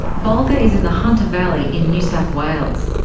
bulga is in the hunter valley in new south wales.